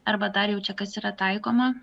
arba dar jau čia kas yra taikoma